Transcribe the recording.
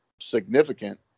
significant